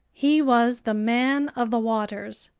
he was the man of the waters,